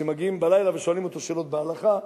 שמגיעים בלילה ושואלים אותו שאלות בהלכה,